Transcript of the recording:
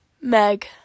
Meg